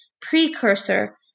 precursor